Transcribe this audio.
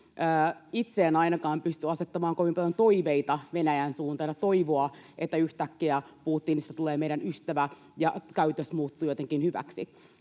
Itse en ainakaan pysty asettamaan kovin paljon toiveita Venäjän suuntaan, toivoa, että yhtäkkiä Putinista tulee meidän ystävä ja käytös muuttuu jotenkin hyväksi.